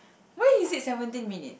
why is it seventeen minutes